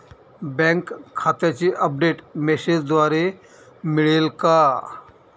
Bank खात्याचे update मेसेजद्वारे मिळेल का?